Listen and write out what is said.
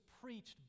preached